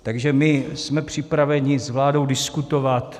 Takže my jsme připraveni s vládou diskutovat.